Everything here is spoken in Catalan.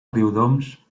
riudoms